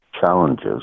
challenges